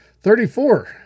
Thirty-four